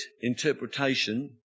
interpretation